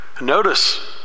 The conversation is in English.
Notice